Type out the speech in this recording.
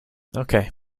okay